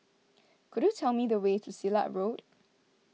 could you tell me the way to Silat Road